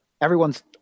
everyone's